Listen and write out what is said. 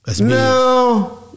No